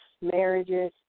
marriages